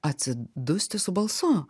atsidusti su balsu